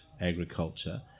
agriculture